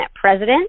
President